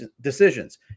decisions